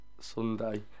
Sunday